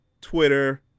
Twitter